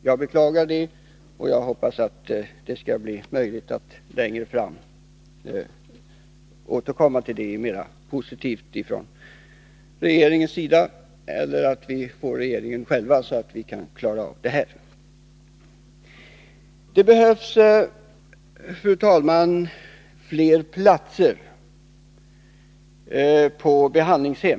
Jag beklagar det, och jag hoppas att det skall bli möjligt för regeringen att längre fram återkomma till ärendet med en mer positiv inställning — eller att vi får ta hand om regerandet själva, så att vi kan klara av den här frågan. Det behövs, fru talman, fler platser på behandlingshem.